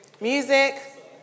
Music